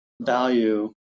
value